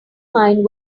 mind